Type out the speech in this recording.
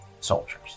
soldiers